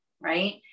right